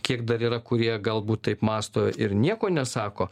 kiek dar yra kurie galbūt taip mąsto ir nieko nesako